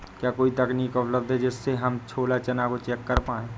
क्या कोई तकनीक उपलब्ध है जिससे हम छोला चना को चेक कर पाए?